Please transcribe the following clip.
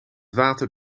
water